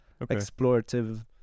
explorative